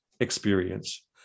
experience